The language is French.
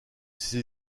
ses